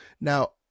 Now